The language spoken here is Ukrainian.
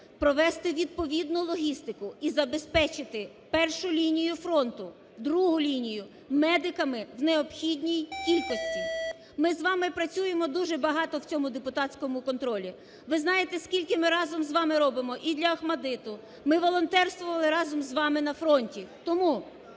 провести відповідну логістику і забезпечити першу лінію фронту, другу лінію медиками в необхідній кількості. Ми з вами працюємо дуже багато в цьому депутатському контролі. Ви знаєте, скільки ми разом з вами робимо і для "ОХМАТДИТу", ми волонтерствували разом з вами на фронті. Тому